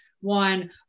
one